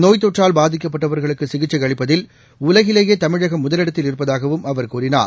நோய் தொற்றால் பாதிக்கப்பட்டவர்களுக்கு சிகிச்கை அளிப்பதில் உலகிலேயே தமிழகம் முதலிடத்தில் இருப்பதாகவும் அவர் கூறினார்